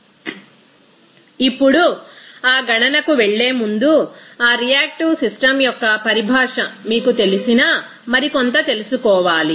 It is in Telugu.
రిఫర్ స్లయిడ్ టైమ్ 0109 ఇప్పుడు ఆ గణనకు వెళ్ళే ముందు ఆ రియాక్టివ్ సిస్టమ్ యొక్క పరిభాష మీకు తెలిసినా మరికొంత తెలుసుకోవాలి